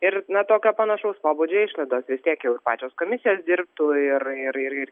ir na tokio panašaus pobūdžio išlaidos vis tiek jau ir pačios komisijos dirbtų ir ir ir ir